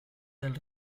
del